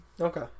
Okay